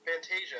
Fantasia